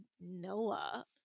noah